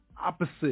opposite